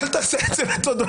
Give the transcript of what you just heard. אבל תעשה את זה מתודולוגית,